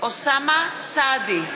אוסאמה סעדי,